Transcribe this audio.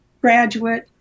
graduate